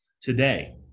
today